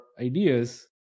ideas